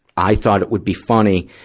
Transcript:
i thought it would be funny,